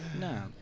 no